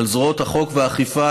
אל זרועות החוק והאכיפה,